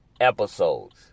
episodes